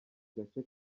gace